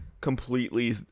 completely